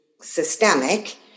systemic